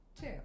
two